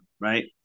right